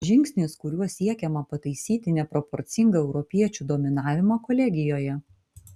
žingsnis kuriuo siekiama pataisyti neproporcingą europiečių dominavimą kolegijoje